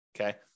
okay